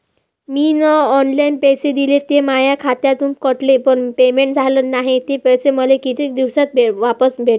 मीन online पैसे दिले, ते माया खात्यातून कटले, पण पेमेंट झाल नायं, ते पैसे मले कितीक दिवसात वापस भेटन?